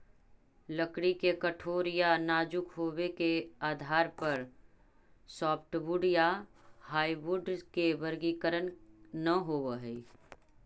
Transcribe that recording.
लकड़ी के कठोर या नाजुक होबे के आधार पर सॉफ्टवुड या हार्डवुड के वर्गीकरण न होवऽ हई